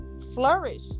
flourish